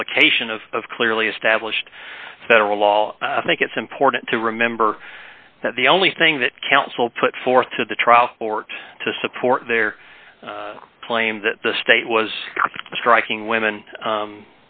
application of clearly established federal law i think it's important to remember that the only thing that counsel put forth to the trial court to support their claim that the state was striking women